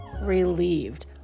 relieved